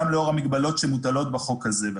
גם לאור המגבלות שמוטלות בחוק הזה.